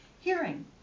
Hearing